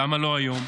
למה לא היום?